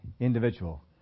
individual